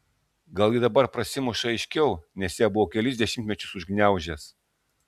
gal ji dabar prasimuša aiškiau nes ją buvau kelis dešimtmečius užgniaužęs